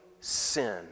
sin